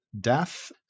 death